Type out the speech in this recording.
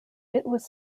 was